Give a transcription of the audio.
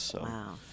Wow